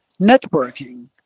networking